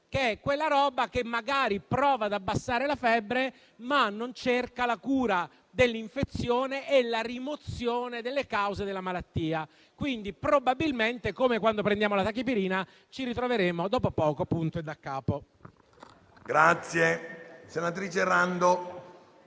come quella roba che magari prova ad abbassare la febbre, ma non cerca la cura dell'infezione e la rimozione delle cause della malattia. Probabilmente quindi, come quando prendiamo la tachipirina, ci ritroveremo dopo poco punto e daccapo.